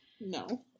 No